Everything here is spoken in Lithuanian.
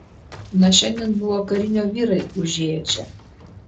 na šiandien buvo karinio vyrai užėję čia